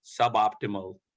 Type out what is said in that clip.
suboptimal